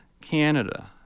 Canada